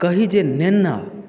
कही जे नेना